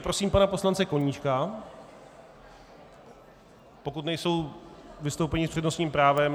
Prosím pana poslance Koníčka, pokud nejsou vystoupení s přednostním právem.